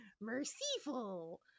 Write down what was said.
Merciful